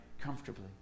Comfortably